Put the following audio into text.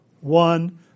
one